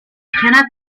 cannot